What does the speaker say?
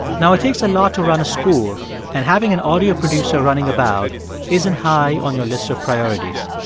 now, it takes a lot to run a school. and having an audio producer running about isn't high on your list of priorities.